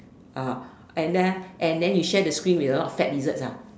ah and then and then you share the screen with a lot of step lizards lah